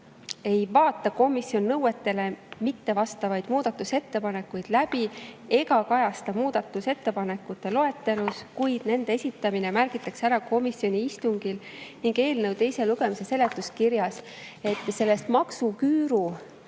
ei vaata komisjon nõuetele mittevastavaid muudatusettepanekuid läbi ega kajasta neid muudatusettepanekute loetelus, kuid nende esitamine märgitakse ära komisjoni istungil ning eelnõu teise lugemise seletuskirjas. Maksuküüru